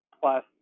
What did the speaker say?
plus